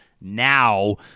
now